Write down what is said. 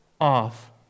off